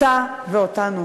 אותה ואותנו.